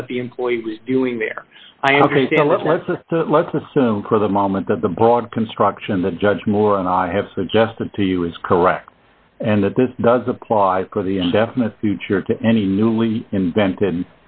to what the employee was doing there i understand let's assume for the moment that the broad construction the judge moore and i have suggested to you is correct and that this does apply for the indefinite future to any newly invent